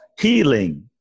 healing